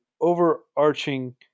overarching